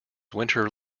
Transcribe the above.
winter